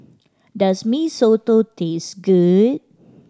does Mee Soto taste good